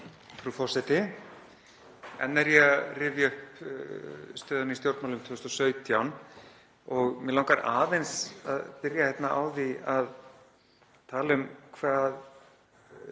Enn er ég rifja upp stöðuna í stjórnmálum 2017. Mig langar aðeins að byrja á því að tala um hvað